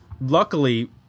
luckily